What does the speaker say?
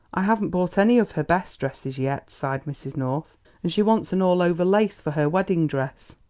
i haven't bought any of her best dresses yet, sighed mrs. north and she wants an all-over lace for her wedding dress.